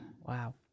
Wow